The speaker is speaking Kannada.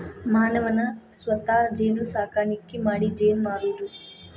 ಮಾನವನ ಸ್ವತಾ ಜೇನು ಸಾಕಾಣಿಕಿ ಮಾಡಿ ಜೇನ ಮಾರುದು